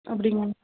அப்படிங்களா